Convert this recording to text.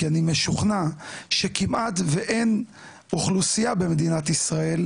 כי אני משוכנע שכמעט ואין אוכלוסייה במדינת ישראל,